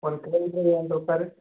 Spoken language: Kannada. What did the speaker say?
ಒಂದು ಕಿಲೋ ಮೀಟ್ರಿಗೇ ಎಂಟು ರೂಪಾಯಿ ರಿ